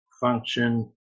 function